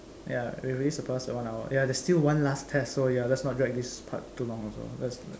ya we already surpassed the one hour ya there is still one last test so ya so let's not drag this part too long also lets